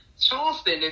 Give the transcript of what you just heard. Charleston